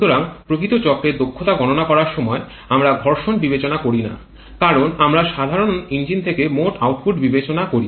সুতরাং প্রকৃত চক্রের দক্ষতা গণনা করার সময় আমরা ঘর্ষণ বিবেচনা করি না কারণ আমরা সাধারণত ইঞ্জিন থেকে মোট আউটপুট বিবেচনা করি